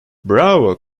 bravo